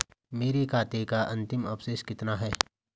मेरे खाते का अंतिम अवशेष कितना है?